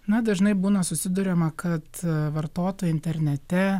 na dažnai būna susiduriama kad vartotojai internete